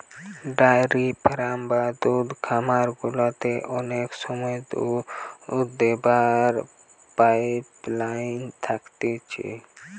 dairy farm বা দুধের খামার গুলাতে অনেক সময় দুধ দোহাবার পাইপ লাইন থাকতিছে